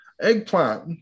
Eggplant